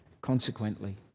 Consequently